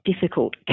difficult